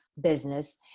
business